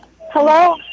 Hello